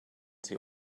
sie